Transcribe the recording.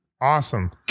awesome